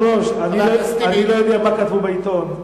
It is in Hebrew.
מה כתבו בעיתון.